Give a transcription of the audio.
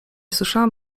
słyszałam